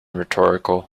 rhetorical